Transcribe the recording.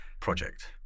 project